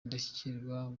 indashyikirwa